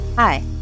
Hi